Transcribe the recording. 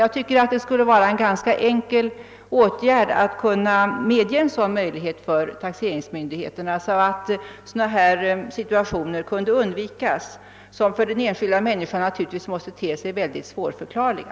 Jag tycker det skulle kunna vara ganska enkelt för taxeringsmyndigheterna att medge ett sådant avdrag, så att sådana här situationer kan undvikas, som för den enskilda människan naturligtvis måste te sig mycket svårförklarliga.